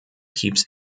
keeps